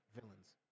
villains